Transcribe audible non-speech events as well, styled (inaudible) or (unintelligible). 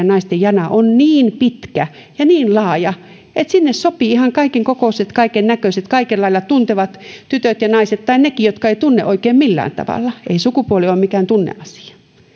(unintelligible) naisten jana on niin pitkä ja niin laaja että sinne sopivat ihan kaiken kokoiset kaiken näköiset kaikella lailla tuntevat tytöt ja naiset tai nekin jotka eivät tunne oikein millään tavalla ei sukupuoli ole mikään tunneasia